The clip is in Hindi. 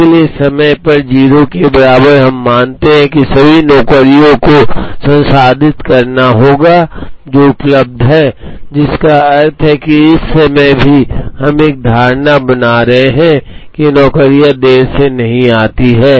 इसलिए समय पर 0 के बराबर हम मानते हैं कि सभी नौकरियों को संसाधित करना होगा जो उपलब्ध हैं जिसका अर्थ है कि इस समय भी हम एक धारणा बना रहे हैं कि नौकरियां देर से नहीं आती हैं